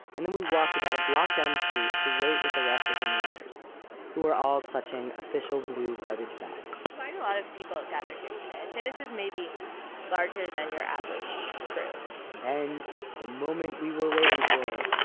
and then we walked about a block down the street to wait with the rest of her neighbors who were all clutching official blue garbage bags quite a lot of people have gathered here today. i'd say this is maybe larger than your average crew. and then ah moment we were waiting for